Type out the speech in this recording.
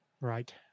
Right